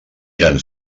eren